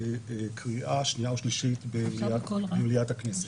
קריאה שנייה ושלישית במליאת הכנסת.